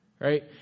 right